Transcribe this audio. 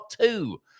two